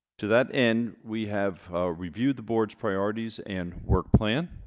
to that end we have reviewed the board's priorities and work plan